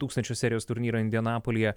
tūkstančių serijos turnyrą indianapolyje